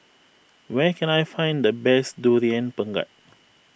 where can I find the best Durian Pengat